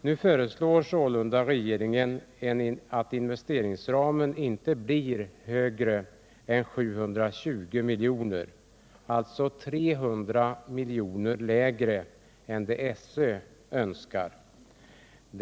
Nu föreslår sålunda regeringen att investeringsramen inte skall uppgå till mer än 720 milj.kr., dvs. ett 300 milj.kr. lägre belopp än det SÖ föreslagit.